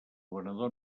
venedor